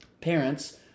parents